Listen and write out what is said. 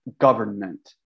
government